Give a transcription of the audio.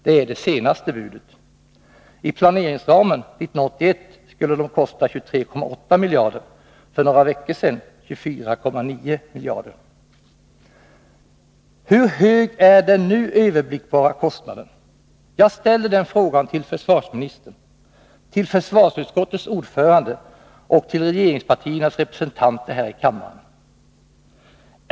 Det är det senaste budet. I planeringsramen 1981 skulle de kosta 23,8 miljarder, för några veckor sedan 24,9 miljarder. Hur hög är den nu överblickbara kostnaden? Jag ställer den frågan till försvarsministern, till försvarsutskottets ordförande och till regeringspartiernas representanter här i kammaren.